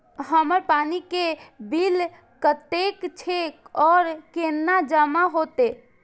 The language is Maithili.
हमर पानी के बिल कतेक छे और केना जमा होते?